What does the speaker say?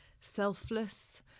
selfless